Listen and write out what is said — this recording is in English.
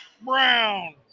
Brown